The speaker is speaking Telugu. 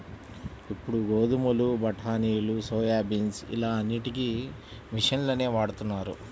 ఇప్పుడు గోధుమలు, బఠానీలు, సోయాబీన్స్ ఇలా అన్నిటికీ మిషన్లనే వాడుతున్నారు